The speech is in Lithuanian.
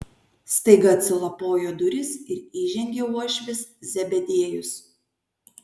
staiga atsilapojo durys ir įžengė uošvis zebediejus